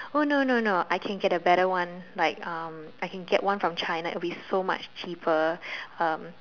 oh no no no I can get a better one like um I can get one from China it will be so much cheaper um